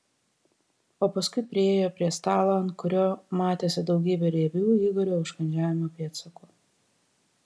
o paskui priėjo prie stalo ant kurio matėsi daugybė riebių igorio užkandžiavimo pėdsakų